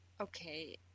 Okay